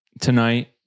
Tonight